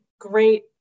great